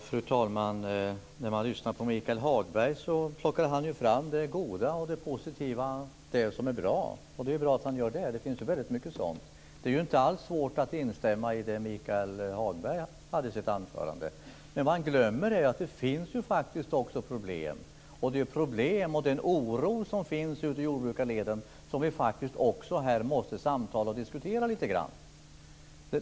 Fru talman! Når man lyssnar på Michael Hagberg hör man att han plockar fram det goda och det positiva - det som är bra. Det är bra att han gör det; det finns väldigt mycket sådant. Det är inte alls svårt att instämma i det Michael Hagberg sade i sitt anförande. Det man glömmer är att det faktiskt också finns problem. Det är ju problemen och den oro som finns ute i jordbrukarleden som vi faktiskt också här måste diskutera och samtala lite grann om.